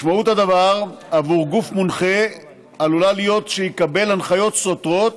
משמעות הדבר עבור גוף מונחה עלולה להיות שהוא יקבל הנחיות סותרות